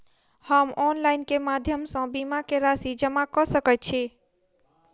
हम ऑनलाइन केँ माध्यम सँ बीमा केँ राशि जमा कऽ सकैत छी?